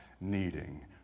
needing